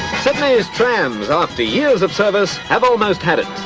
sydney's trams, after years of service, have almost had it.